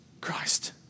Christ